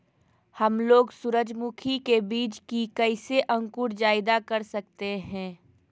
हमलोग सूरजमुखी के बिज की कैसे अंकुर जायदा कर सकते हैं?